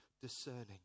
discerning